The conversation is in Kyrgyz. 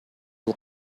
бул